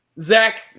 Zach